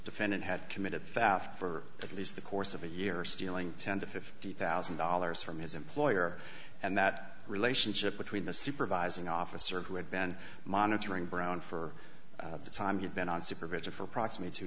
defendant had committed theft for at least the course of a year stealing ten dollars to fifty thousand dollars from his employer and that relationship between the supervising officer who had been monitoring brown for the time you've been on supervision for approximately two